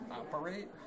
operate